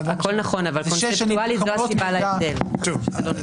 זה שש שנים,